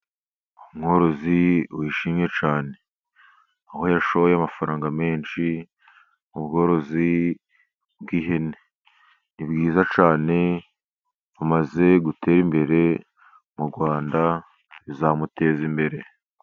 Umworozi wishimye cyane. Aho yashoye amafaranga menshi mu bworozi bw'ihene, ni bwiza cyane, bumaze gutera imbere mu Rwanda, bizamuteza imbere.